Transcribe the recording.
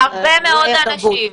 הרבה מאוד אנשים.